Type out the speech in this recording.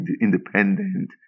independent